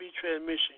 transmission